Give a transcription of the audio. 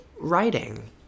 writing